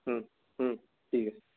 ঠিক আছে